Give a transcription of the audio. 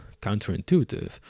counterintuitive